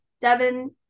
Devin